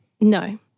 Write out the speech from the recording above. No